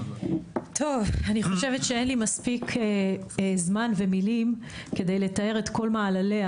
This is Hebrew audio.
טוב אני חושבת שאין לי מספיק זמן ומילים כדי לתאר את כל מעלליה